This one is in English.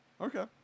okay